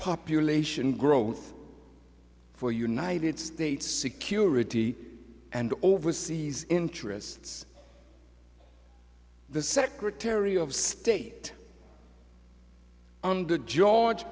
population growth for united states security and overseas interests the secretary of state under george